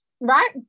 Right